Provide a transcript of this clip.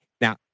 now